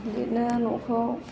लिरनो न'खौ